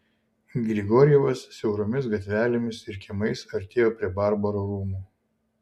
grigorjevas siauromis gatvelėmis ir kiemais artėjo prie barbaro rūmų